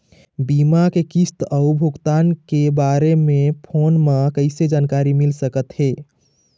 बीमा के किस्त अऊ भुगतान के बारे मे फोन म कइसे जानकारी मिल सकत हे?